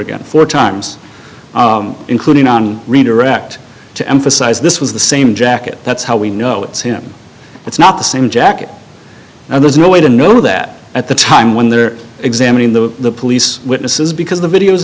again four times including on redirect to emphasize this was the same jacket that's how we know it's him it's not the same jacket and there's no way to know that at the time when they're examining the police witnesses because the video